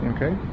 Okay